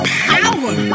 power